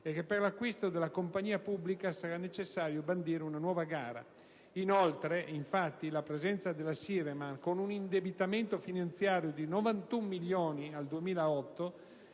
e che per l'acquisto della compagnia pubblica sarà necessario bandire una nuova gara. Infatti, la presenza della Siremar, con un indebitamento finanziario di 91,8 milioni al 2008